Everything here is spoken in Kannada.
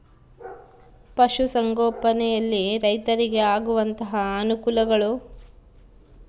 ಪಶುಸಂಗೋಪನೆಯಲ್ಲಿ ರೈತರಿಗೆ ಆಗುವಂತಹ ಅನುಕೂಲಗಳು?